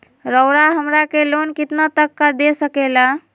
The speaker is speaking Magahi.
रउरा हमरा के लोन कितना तक का दे सकेला?